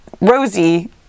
rosie